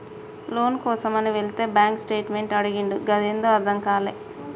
లోను కోసమని వెళితే bank statement అడిగిండు గదేందో అర్థం గాలే